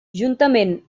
juntament